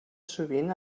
sovint